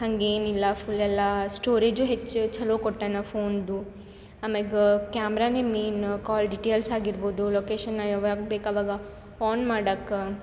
ಹಂಗೆ ಏನಿಲ್ಲ ಫುಲ್ ಎಲ್ಲ ಸ್ಟೋರೇಜ್ ಹೆಚ್ಚು ಚಲೋ ಕೊಟ್ಟಾನ ಫೋನ್ದು ಅಮ್ಯಾಗ ಕ್ಯಾಮೆರಾನೇ ಮೇನ್ ಕಾಲ್ ಡೀಟೇಲ್ಸ್ ಆಗಿರ್ಬೋದು ಲೊಕೇಶನ್ ಯಾವಾಗ ಬೇಕು ಅವಾಗ ಆನ್ ಮಾಡೋಕೆ